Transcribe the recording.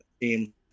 team